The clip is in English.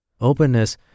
Openness